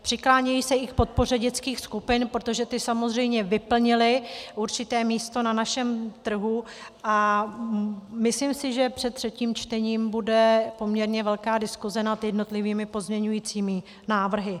Přiklánějí se i k podpoře dětských skupin, protože ty samozřejmě vyplnily určité místo na našem trhu, a myslím si, že před třetím čtením bude poměrně velká diskuze nad jednotlivými pozměňovacími návrhy.